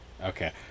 Okay